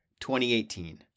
2018